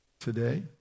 today